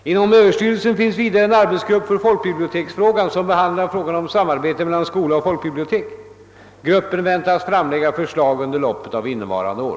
Inom Överstyrelsen finns vidare en arbetsgrupp för = folkbiblioteksfrågan som behandlar frågan om samarbete mellan skola och folkbibliotek. Gruppen väntas framlägga förslag under loppet av innevarande år.